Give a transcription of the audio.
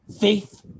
faith